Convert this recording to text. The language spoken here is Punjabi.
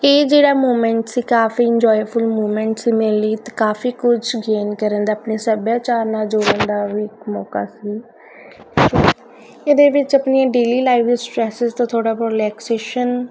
ਇਹ ਜਿਹੜਾ ਮੂਮੈਂਟ ਸੀ ਕਾਫੀ ਇੰਜੋਏਫੁਲ ਮੂਮੈਂਟਸ ਸੀ ਮੇਰੇ ਲਈ ਤਾਂ ਕਾਫੀ ਕੁਝ ਗੇਨ ਕਰਨ ਦਾ ਆਪਣੇ ਸੱਭਿਆਚਾਰ ਨਾਲ ਜੁੜਨ ਦਾ ਵੀ ਇੱਕ ਮੌਕਾ ਸੀ ਇਹਦੇ ਵਿੱਚ ਆਪਣੀਆਂ ਡੇਲੀ ਲਾਈਵ ਸਟਰੈਸਸ ਤੋਂ ਥੋੜ੍ਹਾ ਬਹੁਤ ਰਿਲੈਕਸ਼ੇਸ਼ਨ